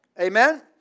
Amen